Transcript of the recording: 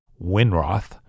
Winroth